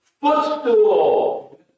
footstool